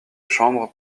chambre